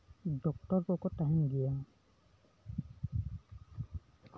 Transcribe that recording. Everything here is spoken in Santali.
ᱰᱚᱠᱴᱚᱨ ᱠᱚᱠᱚ ᱛᱟᱦᱮᱱ ᱜᱮᱭᱟ